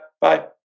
Bye